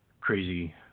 crazy